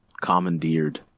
commandeered